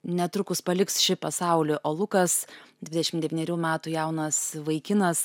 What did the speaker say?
netrukus paliks šį pasaulį o lukas dvidešim devynerių metų jaunas vaikinas